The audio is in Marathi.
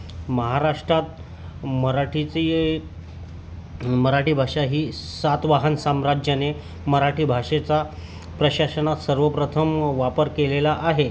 महाराष्ट्रात मराठीची मराठी भाषा ही सातवाहन साम्राज्याने मराठी भाषेचा प्रशाशनात सर्वप्रथम वापर केलेला आहे